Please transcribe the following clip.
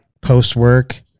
post-work